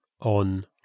on